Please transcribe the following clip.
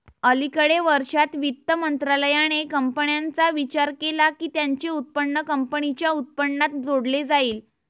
अलिकडे वर्षांत, वित्त मंत्रालयाने कंपन्यांचा विचार केला की त्यांचे उत्पन्न कंपनीच्या उत्पन्नात जोडले जाईल